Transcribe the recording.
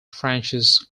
francis